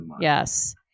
yes